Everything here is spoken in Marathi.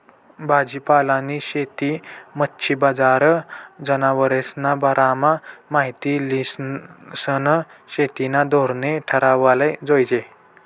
भाजीपालानी शेती, मच्छी बजार, जनावरेस्ना बारामा माहिती ल्हिसन शेतीना धोरणे ठरावाले जोयजे